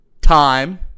time